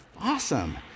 Awesome